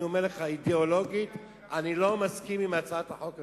אני אומר לך שאידיאולוגית אני לא מסכים עם הצעת החוק הזאת,